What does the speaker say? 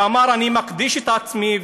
ואמר: אני מקדיש את עצמי,